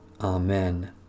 Amen